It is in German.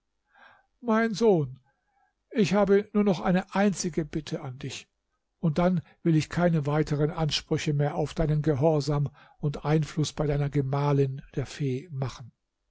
mein sohn ich habe nur noch eine einzige bitte an dich und dann will ich keine weiteren ansprüche mehr auf deinen gehorsam und einfluß bei deiner gemahlin der fee machen